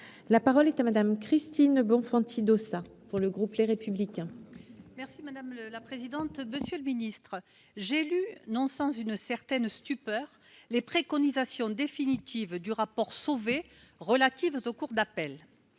la parole est à Madame Christine Bonfanti Dossat pour le groupe Les Républicains. Merci madame la présidente, monsieur le ministre, j'ai lu, non sans une certaine stupeur les préconisations définitive du rapport Sauvé relatives au cours d'appel,